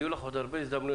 יהיו לך עוד הרבה הזדמנויות,